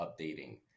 updating